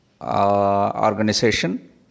Organization